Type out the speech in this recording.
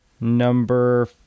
Number